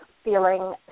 feeling